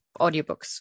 audiobooks